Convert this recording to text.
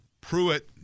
Pruitt